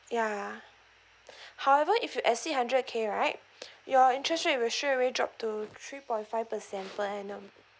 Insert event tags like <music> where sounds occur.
ya <breath> however if you actually exceed hundred K right <breath> your interest rate will straight away drop to three point five percent per annum